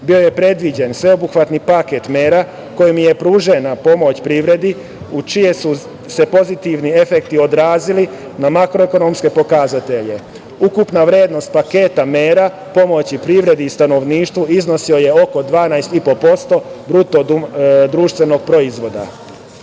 je predviđen sveobuhvatni paket mera kojim je pružena pomoć privredi čiji su se pozitivni efekti odrazili na makroekonomske pokazatelje. Ukupna vrednost paketa mera, pomoć privredi i stanovništvu iznosila je oko 12,5% BDP. Odgovorno